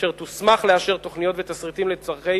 אשר תוסמך לאשר תוכניות ותשריטים לצורכי